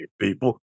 people